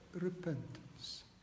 repentance